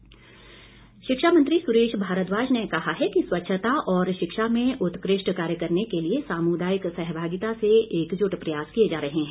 सुरेश भारद्वाज शिक्षामंत्री सुरेश भारद्वाज ने कहा है कि स्वच्छता और शिक्षा में उत्कृष्ठ कार्य करने के लिए सामुदायिक सहभागिता से एकजुट प्रयास किए जा रहे हैं